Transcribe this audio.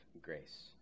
grace